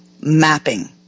mapping